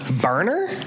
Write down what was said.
Burner